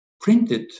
printed